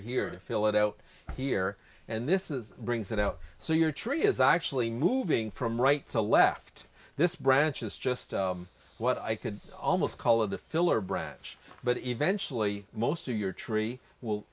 here to fill it out here and this is brings that out so your tree is actually moving from right to left this branch is just what i could almost call it a filler branch but eventually most of your tree will